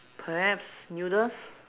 perhaps noodles